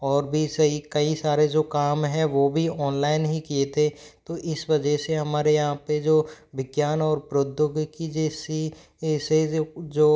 और भी सही कई सारे जो काम हैं वो भी ऑनलाइन ही किए थे तो इस वजह से हमारे यहाँ पर जो विज्ञान और प्रौद्योगिकी जैसी ऐसे जो